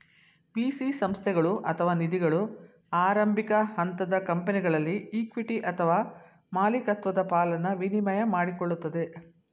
VC ಸಂಸ್ಥೆಗಳು ಅಥವಾ ನಿಧಿಗಳು ಆರಂಭಿಕ ಹಂತದ ಕಂಪನಿಗಳಲ್ಲಿ ಇಕ್ವಿಟಿ ಅಥವಾ ಮಾಲಿಕತ್ವದ ಪಾಲನ್ನ ವಿನಿಮಯ ಮಾಡಿಕೊಳ್ಳುತ್ತದೆ